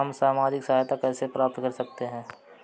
हम सामाजिक सहायता कैसे प्राप्त कर सकते हैं?